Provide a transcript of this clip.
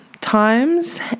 times